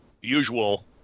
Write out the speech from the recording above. usual